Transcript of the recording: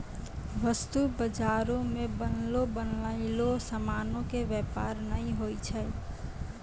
वस्तु बजारो मे बनलो बनयलो समानो के व्यापार नै होय छै